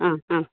അഹ് അഹ്